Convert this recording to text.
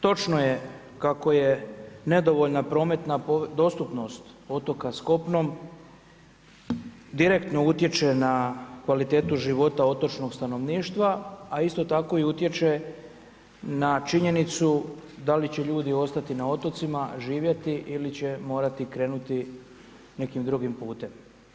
Točno je kako je nedovoljna prometna dostupnost otoka s kopnom, direktno utječe na kvalitetu života otočnog stanovništva a isto tako i utječe na činjenicu da li će ljudi ostati na otocima živjeti ili će morati krenuti nekim drugim putem.